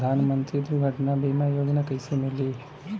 प्रधानमंत्री दुर्घटना बीमा योजना कैसे मिलेला?